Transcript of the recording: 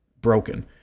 broken